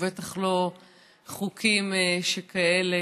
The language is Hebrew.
ובטח לא חוקים שכאלה.